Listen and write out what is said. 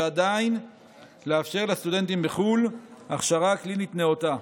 ועדיין לאפשר לסטודנטים בחו"ל הכשרה קלינית נאותה.